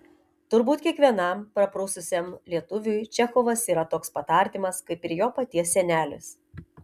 turbūt kiekvienam praprususiam lietuviui čechovas yra toks pat artimas kaip ir jo paties senelis